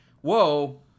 Whoa